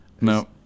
no